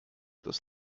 des